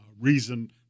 reason